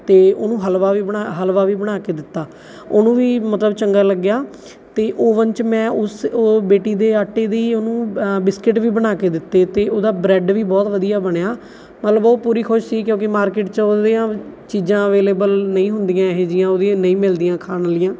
ਅਤੇ ਉਹਨੂੰ ਹਲਵਾ ਵੀ ਹਲਵਾ ਵੀ ਬਣਾ ਕੇ ਦਿੱਤਾ ਉਹਨੂੰ ਵੀ ਮਤਲਬ ਚੰਗਾ ਲੱਗਿਆ ਅਤੇ ਓਵਨ 'ਚ ਮੈਂ ਉਸ ਬੇਟੀ ਦੇ ਆਟੇ ਦੀ ਉਹਨੂੰ ਬਿਸਕਿਟ ਵੀ ਬਣਾ ਕੇ ਦਿੱਤੇ ਅਤੇ ਉਹਦਾ ਬ੍ਰੈਡ ਵੀ ਬਹੁਤ ਵਧੀਆ ਬਣਿਆ ਮਤਲਬ ਉਹ ਪੂਰੀ ਖੁਸ਼ ਸੀ ਕਿਉਂਕਿ ਮਾਰਕੀਟ 'ਚ ਉਹਦੀਆਂ ਚੀਜ਼ਾਂ ਅਵੇਲੇਬਲ ਨਹੀਂ ਹੁੰਦੀਆਂ ਇਹੋ ਜਿਹੀਆਂ ਉਹਦੀਆਂ ਨਹੀ ਮਿਲਦੀਆਂ ਖਾਣ ਵਾਲੀਆਂ